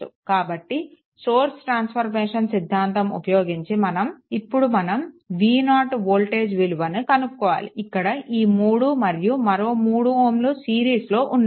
కాబట్టి source transformation సిద్దాంతం ఉపయోగించి ఇప్పుడు మనం v0 వోల్టేజ్ విలువను కనుక్కోవాలి ఇక్కడ ఈ 3 మరియు మరో 3 Ω సిరీస్లో ఉన్నాయి